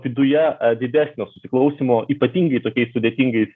viduje didesnio susiklausymo ypatingai tokiais sudėtingais